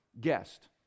guest